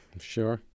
Sure